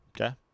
Okay